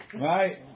right